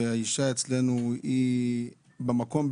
והאישה אצלנו מבחינתי,